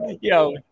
Yo